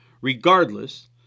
Regardless